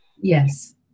Yes